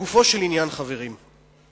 לגופו של עניין, חברים,